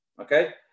Okay